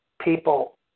people